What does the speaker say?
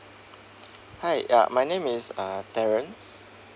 hi ya my name is uh terence